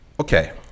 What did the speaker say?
Okay